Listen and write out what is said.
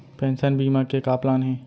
Pension बीमा के का का प्लान हे?